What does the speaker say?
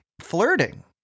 flirting